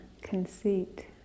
Conceit